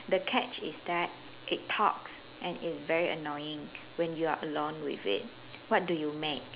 the catch is that it talks and it's very annoying when you are alone with it what do you make